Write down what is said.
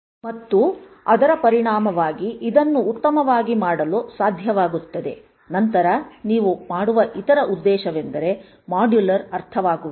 ಮತ್ತು ಅದರ ಪರಿಣಾಮವಾಗಿ ಇದನ್ನು ಉತ್ತಮವಾಗಿ ಮಾಡಲು ಸಾಧ್ಯವಾಗುತ್ತದೆ ನಂತರ ನೀವು ಮಾಡುವ ಇತರ ಉದ್ದೇಶವೆಂದರೆ ಮಾಡ್ಯುಲರ್ ಅರ್ಥವಾಗುವಿಕೆ